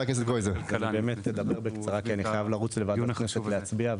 אני אדבר בקצרה כי אני חייב לרוץ לוועדת הכנסת להצביע,